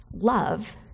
love